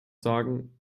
sagen